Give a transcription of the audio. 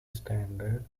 standard